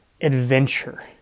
adventure